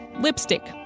lipstick